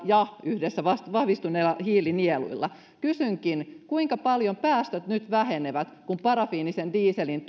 ja vahvistuneilla hiilinieluilla kysynkin kuinka paljon päästöt nyt vähenevät kun parafiinisen dieselin